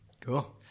Cool